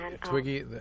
Twiggy